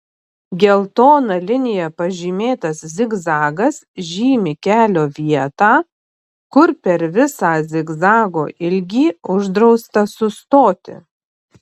geltona linija pažymėtas zigzagas žymi kelio vietą kur per visą zigzago ilgį uždrausta sustoti